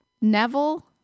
Neville